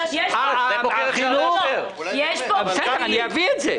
יש פה פקידים שיודעים לעשות את העבודה.